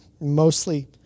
mostly